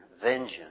vengeance